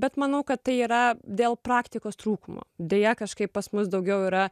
bet manau kad tai yra dėl praktikos trūkumo deja kažkaip pas mus daugiau yra